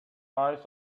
eyes